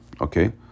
okay